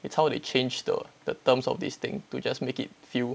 it's how they change the the terms of this thing to just make it feel